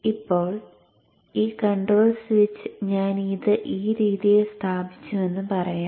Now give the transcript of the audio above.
ഇപ്പോൾ ഈ control switch ഞാൻ ഇത് ഈ രീതിയിൽ സ്ഥാപിച്ചുവെന്ന് പറയാം